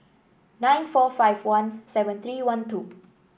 nine four five one seven three one two